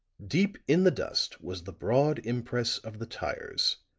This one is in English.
deep in the dust was the broad impress of the tires,